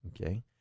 Okay